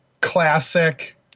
classic